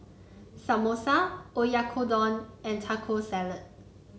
Samosa Oyakodon and Taco Salad